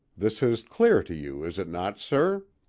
this is clear to you, is it not, sir?